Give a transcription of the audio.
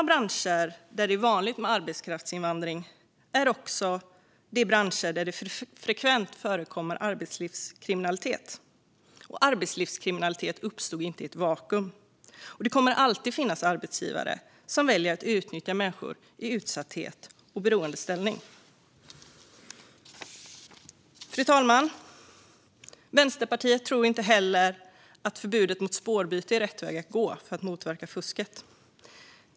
Branscher där det är vanligt med arbetskraftsinvandring är också de branscher där det frekvent förekommer arbetslivskriminalitet, och arbetslivskriminalitet har inte uppstått i ett vakuum. Det kommer alltid att finnas arbetsgivare som väljer att utnyttja människor i utsatthet och beroendeställning. Fru talman! Vänsterpartiet tror inte heller att förbudet mot spårbyte är rätt väg att gå för att motverka fusket.